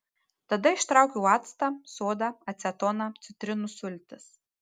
tada ištraukiau actą sodą acetoną citrinų sultis